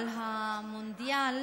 על המונדיאל